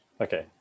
Okay